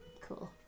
Cool